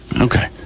Okay